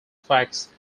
fax